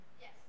Yes